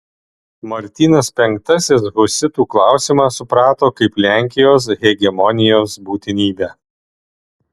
martynas penktasis husitų klausimą suprato kaip lenkijos hegemonijos būtinybę